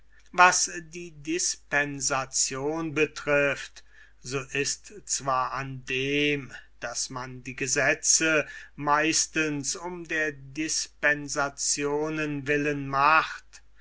was die dispensation betrifft so ist zwar an dem daß man die gesetze meistens um der dispensationen willen macht